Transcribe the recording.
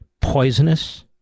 poisonous